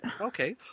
Okay